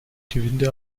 gewinde